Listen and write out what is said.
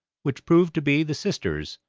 which proved to be the sisters,